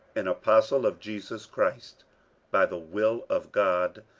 an apostle of jesus christ by the will of god,